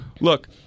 look